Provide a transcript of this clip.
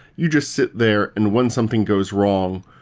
you just sit there, and when something goes wrong,